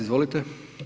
Izvolite.